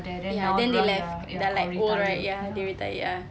ya then they left they are like old right ya they retire ya